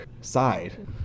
side